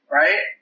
right